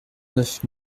neuf